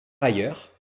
ailleurs